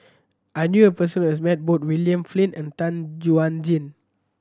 I knew a person who has met both William Flint and Tan Chuan Jin